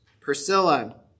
Priscilla